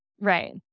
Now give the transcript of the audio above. Right